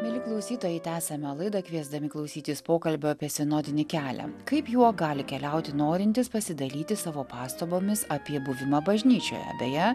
mieli klausytojai tęsiame laidą kviesdami klausytis pokalbio apie sinodinį kelią kaip juo gali keliauti norintys pasidalyti savo pastabomis apie buvimą bažnyčioje beje